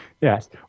Yes